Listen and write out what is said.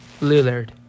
Lillard